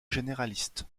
généraliste